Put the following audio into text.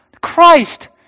Christ